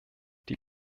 die